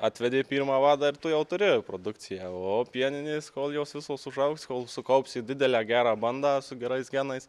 atvedė pirmą vadą ir tu jau turi produkciją o pieninės kol jos visos užaugs kol sukaupsi didelę gerą bandą su gerais genais